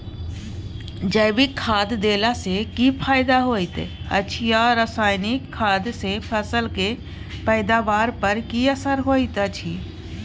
जैविक खाद देला सॅ की फायदा होयत अछि आ रसायनिक खाद सॅ फसल के पैदावार पर की असर होयत अछि?